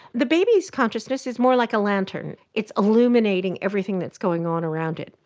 the baby's consciousness is more like a lantern. it's illuminating everything that is going on around it.